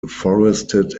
forested